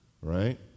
right